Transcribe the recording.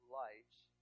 lights